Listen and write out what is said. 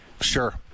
sure